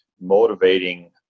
motivating